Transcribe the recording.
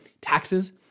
taxes